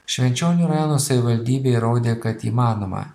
švenčionių rajono savivaldybė įrodė kad įmanoma